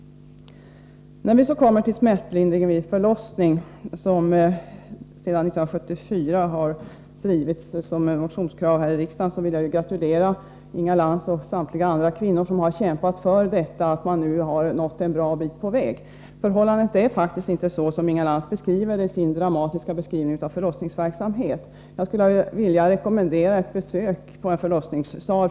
29 När vi så kommer till smärtlindring vid förlossning, som sedan 1974 har drivits som ett motionskrav här i riksdagen, vill jag gratulera Inga Lantz och samtliga andra kvinnor som har kämpat för detta till att vi nu har nått en bra bit på väg. Förhållandena är faktiskt inte sådana som Inga Lantz låter påskina i sin dramatiska beskrivning av förlossningsverksamheten. Jag skulle vilja rekommendera ett besök på en förlossningssal.